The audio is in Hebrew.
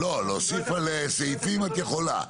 לא, להוסיף על סעיפים את יכולה.